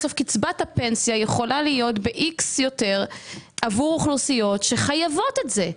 בסוף קצבת הפנסיה יכולה להיות ב-X יותר עבור אוכלוסיות שחייבות את זה.